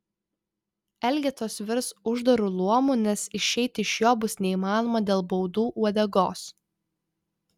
elgetos virs uždaru luomu nes išeiti iš jo bus neįmanoma dėl baudų uodegos